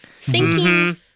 thinking-